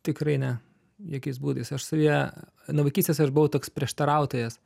tikrai ne jokiais būdais aš savyje nuo vaikystės aš buvau toks prieštarautojas